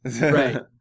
Right